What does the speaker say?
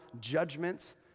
judgments